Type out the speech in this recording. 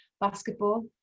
basketball